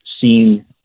seen